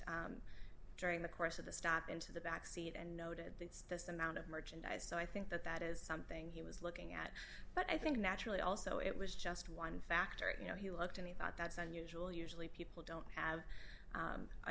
looked during the course of the stop into the backseat and note it's this amount of merchandise so i think that that is something he was looking at but i think naturally also it was just one factor you know he looked in the thought that's unusual usually people don't have